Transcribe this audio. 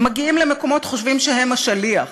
הם מגיעים למקומות, חושבים שהם השליח.